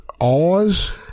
Oz